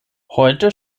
heute